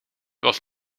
was